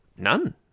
None